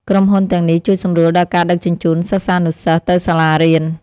ក្រុមហ៊ុនទាំងនេះជួយសម្រួលដល់ការដឹកជញ្ជូនសិស្សានុសិស្សទៅសាលារៀន។